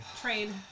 Trade